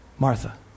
Martha